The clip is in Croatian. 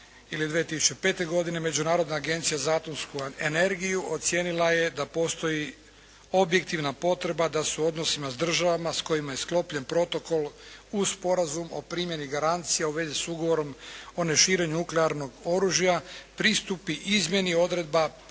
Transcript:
2005. godine Međunarodna agencija za atomsku energiju ocijenila je da postoji objektivna potreba da se u odnosima sa državama s kojima je sklopljen protokol uz Sporazum o primjeni garancija u vezi sa Ugovorom o neširenju nuklearnog oružja pristupi izmjeni odredaba protokola